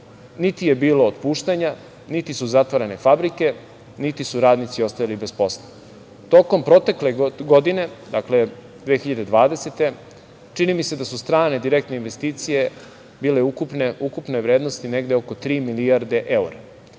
Niti je bilo otpuštanja, niti su zatvarane fabrike, niti su radnici ostajali bez posla. Tokom protekle godine, dakle, 2020, čini mi se da su strane direktne investicije bile ukupne vrednosti negde oko tri milijarde evra.